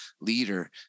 leader